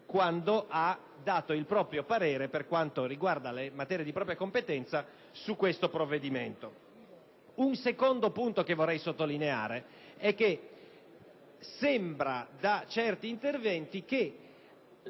quando ha espresso il proprio parere per quanto riguarda le materie di propria competenza su tale provvedimento. Un secondo punto che vorrei sottolineare è il seguente. Da certi interventi sembra